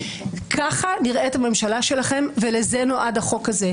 ככה נראית הממשלה שלכם, ולזה נועד החוק הזה.